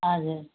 हजुर